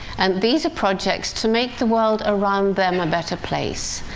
and these are projects to make the world around them a better place.